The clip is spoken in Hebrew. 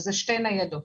זה שתי ניידות